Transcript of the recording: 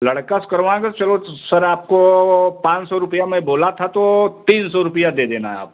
लड़का से करवाएँगे चलो तो सर आपको पाँच सौ रूपया मैं बोला था तो तीन सौ रूपया दे देना आप